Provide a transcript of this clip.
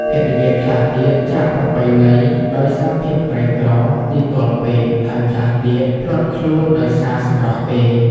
ភរិយាខ្លះទៀតចាកប្រពៃណីដោយសារភាពក្រីក្រ ទីទ័លពេក ហើយខ្លះទៀតភ្លាត់ខ្លួនដោយសារសម្រស់គេ ។